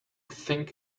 think